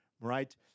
right